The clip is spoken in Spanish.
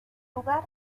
lugar